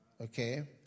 Okay